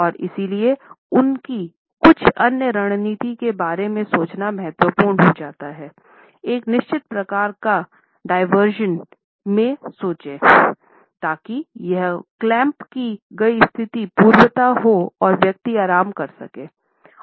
और इसलिए उसकी कुछ अन्य रणनीति के बारे में सोचना महत्वपूर्ण हो जाता है एक निश्चित प्रकार का डायवर्सन में सोचे ताकि यह क्लैंप की गई स्थिति पूर्ववत हो और व्यक्ति आराम कर सके